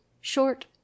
short